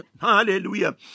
Hallelujah